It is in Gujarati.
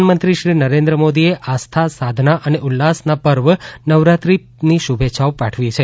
પ્રધાનમંત્રી શ્રી નરેન્દ્ર મોદી એ આસ્થા સાધનાં અને ઉલ્લાસનાં પર્વ નવરાત્રી શુભેચ્છાઓ પાઠવી છે